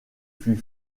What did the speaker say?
fut